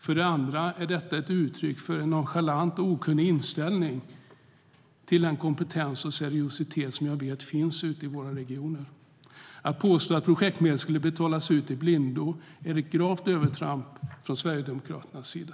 För det andra är detta ett uttryck för en nonchalant och okunnig inställning till den kompetens och seriositet som jag vet finns ute i våra regioner. Att påstå att projektmedel skulle betalas ut i blindo är ett gravt övertramp från Sverigedemokraternas sida.